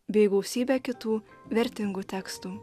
bei gausybę kitų vertingų tekstų